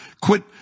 quit